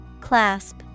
Clasp